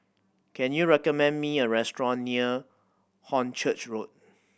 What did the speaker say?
can you recommend me a restaurant near Hornchurch Road